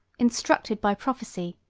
instructed by prophecy,